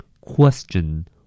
Question